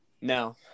no